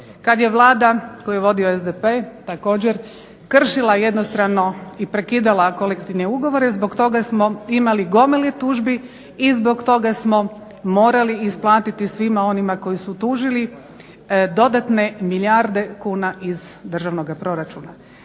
kad je Vlada koju je vodio SDP također kršila jednostrano i prekidala kolektivne ugovore i zbog toga smo imali gomile tužbi i zbog toga smo morali isplatiti svima onima koji su tužili dodatne milijarde kuna iz državnoga proračuna.